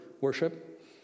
worship